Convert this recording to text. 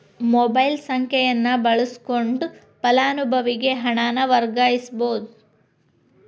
mobile ಸಂಖ್ಯೆಯನ್ನ ಬಳಸಕೊಂಡ ಫಲಾನುಭವಿಗೆ ಹಣನ ವರ್ಗಾಯಿಸಬೋದ್